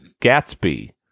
Gatsby